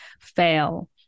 fail